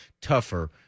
tougher